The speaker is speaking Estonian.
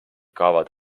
kaovad